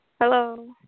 Hello